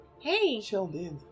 Hey